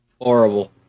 Horrible